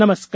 नमस्कार